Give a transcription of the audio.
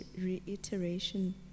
reiteration